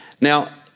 Now